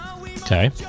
Okay